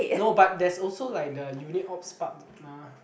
no but there's also like the unit ops part mah